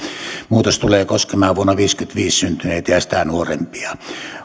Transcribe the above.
muutos tulee koskemaan vuonna tuhatyhdeksänsataaviisikymmentäviisi syntyneitä ja ja sitä nuorempia